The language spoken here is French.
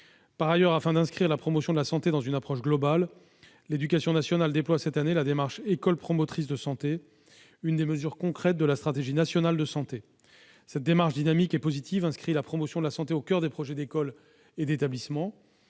Par ailleurs, afin d'inscrire la promotion de la santé dans une approche globale, l'éducation nationale déploie cette année la démarche « école promotrice de santé »- une des mesures concrètes de la stratégie nationale de santé. Cette démarche dynamique et positive inscrit la promotion de la santé au coeur des projets d'école et d'établissement.